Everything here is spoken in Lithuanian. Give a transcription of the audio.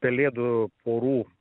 pelėdų porų